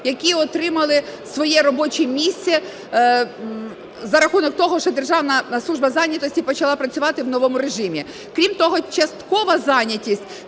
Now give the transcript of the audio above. які отримали своє робоче місце за рахунок того, що Державна служба занятості почала працювати в новому режимі. Крім того, часткова зайнятість,